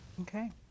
Okay